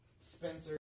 Spencer